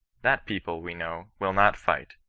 that people, we know, will not fight.